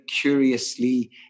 curiously